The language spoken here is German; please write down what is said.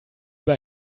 bei